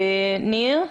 שלום.